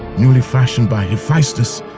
newly fashioned by hephaestus,